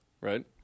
right